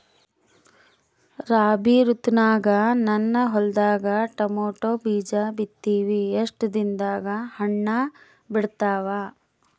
ರಾಬಿ ಋತುನಾಗ ನನ್ನ ಹೊಲದಾಗ ಟೊಮೇಟೊ ಬೀಜ ಬಿತ್ತಿವಿ, ಎಷ್ಟು ದಿನದಾಗ ಹಣ್ಣ ಬಿಡ್ತಾವ?